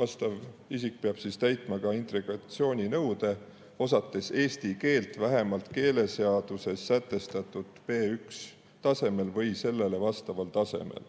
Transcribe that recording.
vastav isik peab täitma ka integratsiooninõude osata eesti keelt vähemalt keeleseaduses sätestatud B1-tasemel või sellele vastaval tasemel.